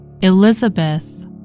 Elizabeth